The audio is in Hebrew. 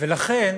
לכן